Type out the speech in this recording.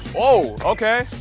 oh, okay.